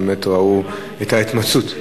ובאמת ראו את ההתמצאות.